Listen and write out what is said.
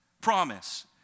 Promise